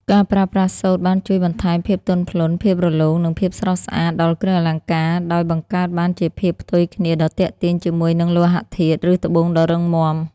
ការប្រើប្រាស់សូត្របានជួយបន្ថែមភាពទន់ភ្លន់ ភាពរលោង និងភាពស្រស់ស្អាតដល់គ្រឿងអលង្ការ ដោយបង្កើតបានជាភាពផ្ទុយគ្នាដ៏ទាក់ទាញជាមួយនឹងលោហៈធាតុ ឬត្បូងដ៏រឹងមាំ។